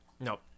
Nope